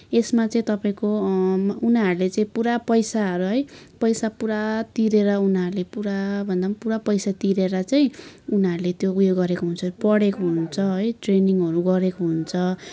यसमा चाहिँ तपाईँको उनीहरूले चाहिँ पुरा पैसाहरू है पैसा पुरा तिरेर उनीहरूले पुरा भन्दा पनि पुरा पैसा तिरेर चाहिँ उनीहरूले त्यो उयो गरेको हुन्छ पढेको हुन्छ है ट्रेनिङहरू गरेको हुन्छ